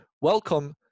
welcome